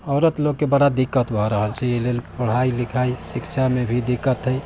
औरत लोकके बड़ा दिक्कत भऽ रहल छै एहि लेल पढ़ाइ लिखाइ शिक्षामे भी दिक्कत हइ